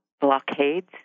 blockades